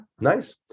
nice